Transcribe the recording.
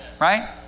Right